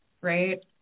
right